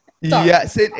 Yes